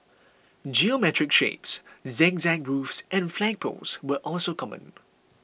geometric shapes zigzag roofs and flagpoles were also common